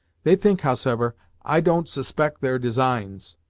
they think howsever i don't suspect their designs,